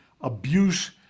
abuse